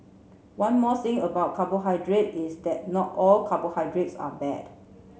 one more thing about carbohydrate is that not all carbohydrates are bad